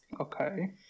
Okay